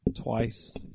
Twice